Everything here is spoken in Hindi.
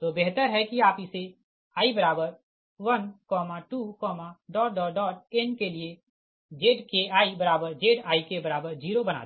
तो बेहतर है कि आप इसे i12n के लिए ZkiZik0 बनाते है